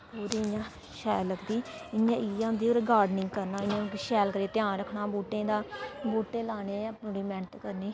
होर इ'यां शैल लगदी इ'यां इ'यै होंदी होर एह् गार्डनिंग करना इ'यां कि शैल करियै ध्यान रक्खना बूह्टें दा बूह्टे लाने ऐ पूरी मेह्नत करनी